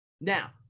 Now